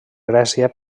grècia